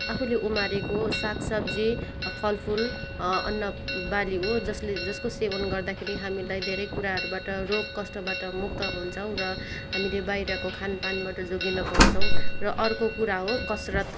आफूले उमारेको साग सब्जी फल फुल अन्न बाली हो जसले जसको सेवन गर्दाखेरि हामीलाई धेरै कुराहरूबाट रोग कष्टबाट मुक्त हुन्छौँ र हामीले बाहिरको खानपानबाट जोगिन पाउँछौँ र अर्को कुरा हो कसरत